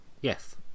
yes